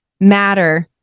matter